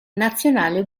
nazionale